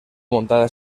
montada